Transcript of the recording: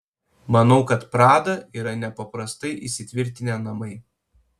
manau kad prada yra nepaprastai įsitvirtinę namai